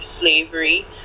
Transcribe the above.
slavery